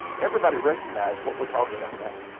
everybody recognized what we're talking about now,